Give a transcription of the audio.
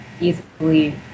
easily